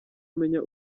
amenya